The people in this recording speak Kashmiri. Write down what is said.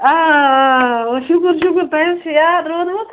شُکُر شُکُر تۄہہِ حظ چھُ یاد روٗدمُت